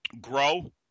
grow